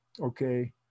okay